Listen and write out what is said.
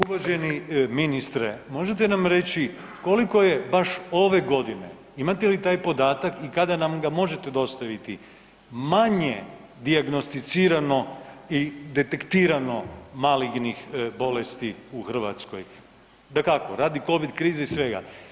Uvaženi ministre, možete nam reći koliko je baš ove godine, imate li taj podatak i kada ga nam možete dostaviti, manje dijagnosticirano i detektirano malignih bolesti u Hrvatskoj, dakako radi covid krize i svega?